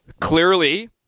clearly